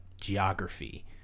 geography